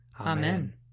Amen